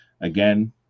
again